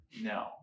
No